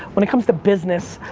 when it comes to business,